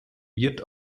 wird